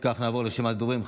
אם כך, נעבור לרשימת הדוברים.